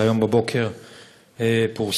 היום בבוקר פורסם,